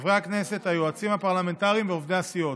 חברי הכנסת, היועצים הפרלמנטריים ועובדי הסיעות.